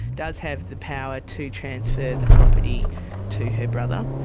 does have the power to transfer the property to her brother,